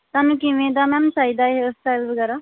ਤੁਹਾਨੂੰ ਕਿਵੇਂ ਦਾ ਮੈਮ ਚਾਹੀਦਾ ਹੇਅਰਸਟਾਈਲ ਵਗੈਰਾ